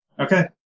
Okay